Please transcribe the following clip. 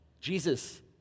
Jesus